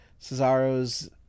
Cesaro's